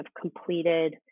completed